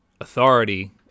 authority